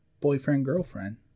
boyfriend-girlfriend